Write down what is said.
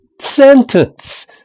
sentence